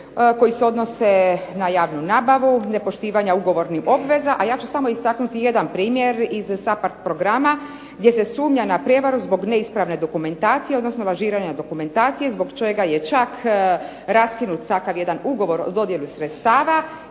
koji se odnose na javnu nabavu, nepoštivanja ugovornih obveza, a ja ću samo istaknuti jedan primjer iz SAPARD programa gdje se sumnja na prijevaru zbog neispravne dokumentacije, odnosno lažiranja dokumentacije zbog čega je čak raskinut takav jedan ugovor o dodjeli sredstava